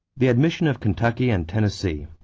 the admission of kentucky and tennessee.